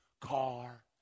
car